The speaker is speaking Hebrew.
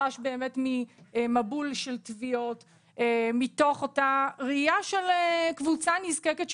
באמת בגלל חשש ממבול של תביעות מתוך ראייה של אותה קבוצה נזקקת,